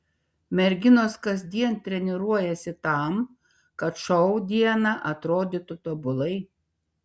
merginos kasdien treniruojasi tam kad šou dieną atrodytų tobulai